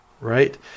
right